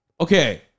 Okay